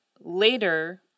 later